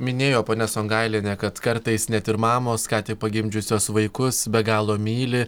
minėjo ponia songailienė kad kartais net ir mamos ką tik pagimdžiusios vaikus be galo myli